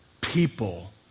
people